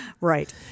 Right